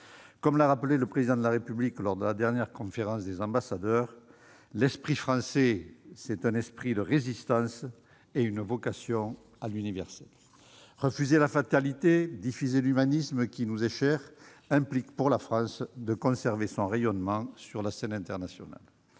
Comme l'a rappelé le Président de la République lors de la dernière conférence des ambassadeurs, « l'esprit français, c'est un esprit de résistance et une vocation à l'universel ». Refuser la fatalité, diffuser l'humanisme qui nous est cher impliquent pour la France de conserver son rayonnement sur la scène internationale.